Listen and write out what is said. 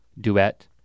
duet